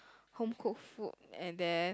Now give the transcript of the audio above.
homecooked food and then